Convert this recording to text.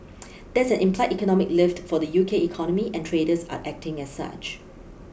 that's an implied economic lift for the U K economy and traders are acting as such